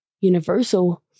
Universal